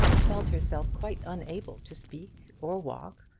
felt herself quite unable to speak, or walk,